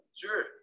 Sure